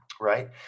right